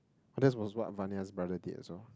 that's was what Vania's brother did as well